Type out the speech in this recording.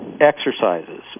exercises